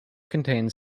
contained